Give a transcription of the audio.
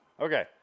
Okay